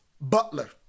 Butler